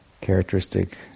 characteristic